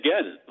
again